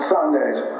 Sundays